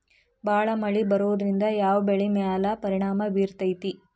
ಭಾಳ ಮಳಿ ಬರೋದ್ರಿಂದ ಯಾವ್ ಬೆಳಿ ಮ್ಯಾಲ್ ಪರಿಣಾಮ ಬಿರತೇತಿ?